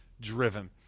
driven